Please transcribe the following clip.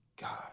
God